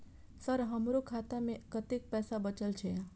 Sir हमरो खाता में कतेक पैसा बचल छे?